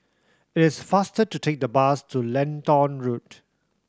it's faster to take the bus to Lentor Road